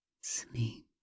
sleep